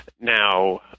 Now